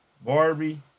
Barbie